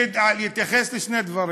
אתייחס לשני דברים.